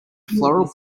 floral